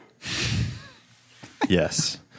Yes